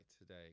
today